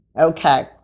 Okay